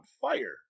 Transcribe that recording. fire